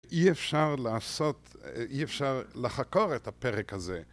אי אפשר לעשות, אי אפשר לחקור את הפרק הזה.